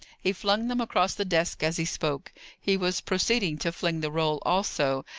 he flung them across the desk as he spoke he was proceeding to fling the roll also,